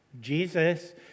Jesus